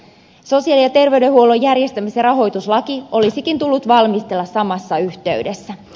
sosiaali ja terveydenhuollon järjestämis ja rahoituslaki olisikin tullut valmistella samassa yhteydessä